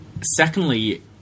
Secondly